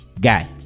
Guy